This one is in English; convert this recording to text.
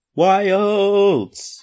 wilds